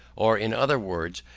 or in other words,